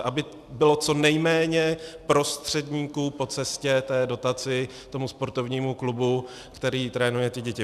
Aby bylo co nejméně prostředníků po cestě k dotaci tomu sportovnímu klubu, který trénuje ty děti.